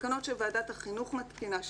בתקנות שוועדת החינוך מתקינה,